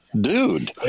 dude